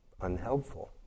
unhelpful